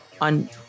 on